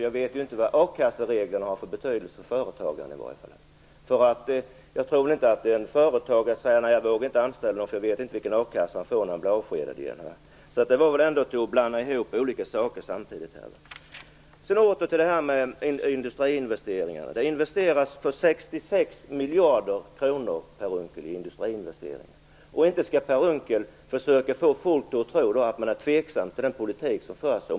Jag vet inte vilken betydelse a-kassereglerna har för företagandet. Jag tror inte att en företagare säger att han inte vågar anställa på grund av att han inte vet vilken akassa den anställde får när han blir avskedad. Det var väl ändå att blanda ihop olika saker. Så åter till frågan om industriinvesteringar. Det görs industriinvesteringar för 66 miljarder kronor, Per Unckel. Om företagen vågar investera för 66 miljarder skall inte Per Unckel försöka få folk att tro att företagen är tveksamma till den politik som förs.